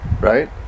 right